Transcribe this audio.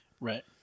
Right